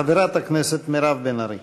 חברת הכנסת מירב בן ארי.